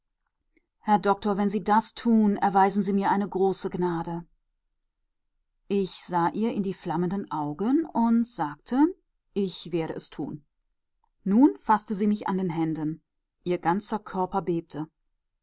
herr doktor wenn sie das tun erweisen sie mir eine große gnade ich sah ihr in die flammenden augen und sagte ich werde es tun nun faßte sie mich an den händen ihr ganzer körper bebte